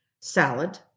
salad